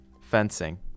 Fencing